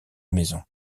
maison